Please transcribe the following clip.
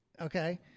Okay